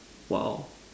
!wow!